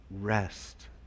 rest